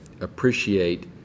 appreciate